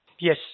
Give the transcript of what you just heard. Yes